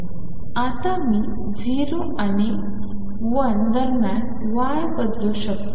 आता मी 0 आणि 1 दरम्यान y बदलू शकतो